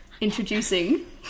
Introducing